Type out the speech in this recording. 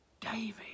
David